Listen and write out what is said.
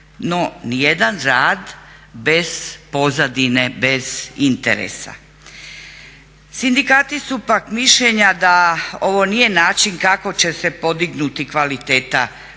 No niti jedan rad bez pozadine bez interesa. Sindikati su pak mišljenja da ovo nije način kako će se podignuti kvaliteta usluge